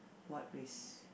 what risk